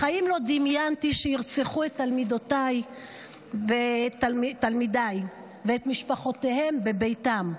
בחיים לא דמיינתי שירצחו את תלמידותיי ותלמידיי ואת משפחותיהם בביתם,